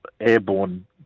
airborne